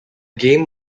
game